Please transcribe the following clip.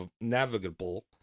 navigable